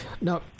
Now